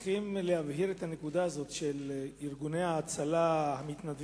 אנחנו פה בכנסת צריכים להבהיר את הנקודה של ארגוני ההצלה המתנדבים,